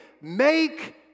Make